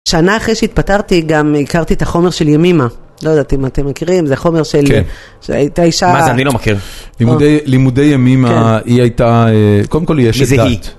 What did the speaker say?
שנה אחרי שהתפטרתי, גם הכרתי את החומר של ימימה. לא יודעת אם אתם מכירים, זה חומר של... כן, שהייתה אישה... מה זה, אני לא מכיר. לימודי ימימה, היא הייתה... קודם כל, היא ...